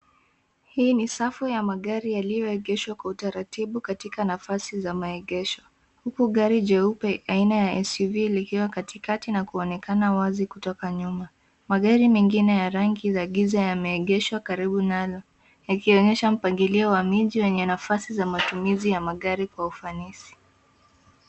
Hii ni safu ya magari yaliyoegeshwa kwa utaratibu katika nafasi za maegesho huku gari jeupe aina ya SUV likiwa katikati na kuonekana wazi kutoka nyuma. Magari mengine ya rangi za giza yameegeshwa karibu nalo ikionyesha mpangilio wa miji wenye nafasi za matumizi ya magari kwa ufanisi.